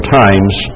times